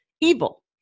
evil